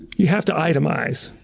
you have to itemize,